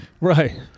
Right